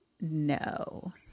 no